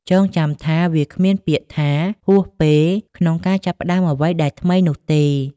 ចងចាំថា វាគ្មានពាក្យថា "ហួសពេល" ក្នុងការចាប់ផ្តើមអ្វីដែលថ្មីនោះទេ។